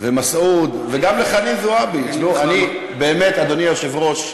ומסעוד וגם לחנין זועבי, באמת, אדוני היושב-ראש,